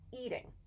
Eating